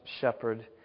shepherd